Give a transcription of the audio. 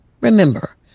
Remember